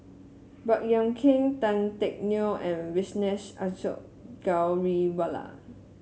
Baey Yam Keng Tan Teck Neo and Vijesh Ashok Ghariwala